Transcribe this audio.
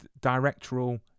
directorial